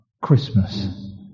Christmas